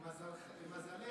למזלך.